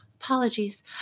apologies